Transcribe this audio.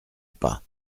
pas